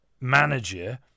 manager